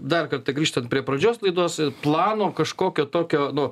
dar kartą grįžtant prie pradžios laidos ir plano kažkokio tokio nu